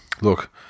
Look